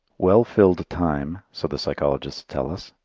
well-filled time, so the psychologists tell us,